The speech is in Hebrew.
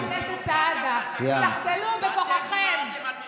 חברת הכנסת עאידה תומא סלימאן.